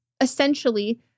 essentially